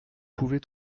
pouvez